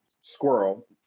Squirrel